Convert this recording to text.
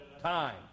time